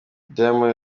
diamond